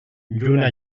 lluna